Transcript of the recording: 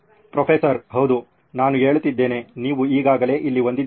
professor ಹೌದು ನಾನು ಹೇಳುತ್ತಿದ್ದೇನೆ ನೀವು ಈಗಾಗಲೇ ಇಲ್ಲಿ ಹೊಂದಿದ್ದೀರಿ